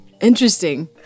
Interesting